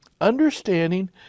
understanding